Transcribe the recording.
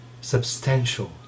substantial